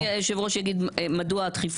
אז אני אשמח אם היושב ראש יגיד מדוע הדחיפות